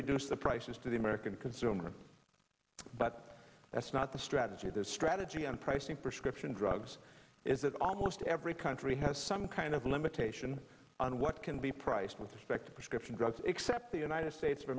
reduce the prices to the american consumer but that's not the strategy this strategy on pricing prescription drugs is that almost every country has some kind of limitation on what can be priced with suspected prescription drugs except the united states of